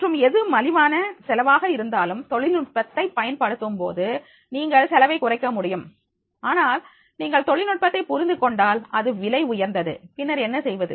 மற்றும் எது மலிவான செலவாக இருந்தாலும் தொழில்நுட்பத்தை பயன்படுத்தும் போது நீங்கள் செலவை குறைக்க முடியும் ஆனால் நீங்கள் தொழில்நுட்பத்தை புரிந்து கொண்டால் அது விலை உயர்ந்தது பின்னர் என்ன செய்வது